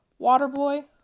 Waterboy